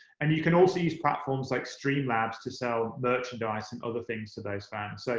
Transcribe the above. and you can also use platforms like stream labs to sell merchandise and other things to those fans. so